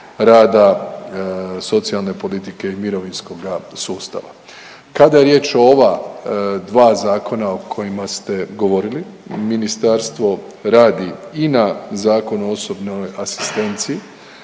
rada, socijalne politike i mirovinskoga sustava. Kada je riječ o ova dva zakona o kojima ste govorili, Ministarstvo radi i na Zakonu o osobnoj asistenciji,